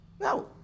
no